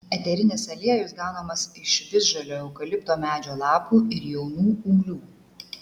eterinis aliejus gaunamas iš visžalio eukalipto medžio lapų ir jaunų ūglių